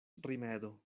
rimedo